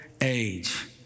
age